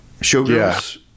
Showgirls